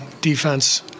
defense